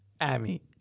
Amy